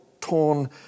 torn